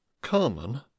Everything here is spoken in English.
carmen